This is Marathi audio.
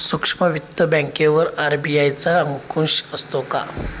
सूक्ष्म वित्त बँकेवर आर.बी.आय चा अंकुश असतो का?